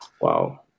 Wow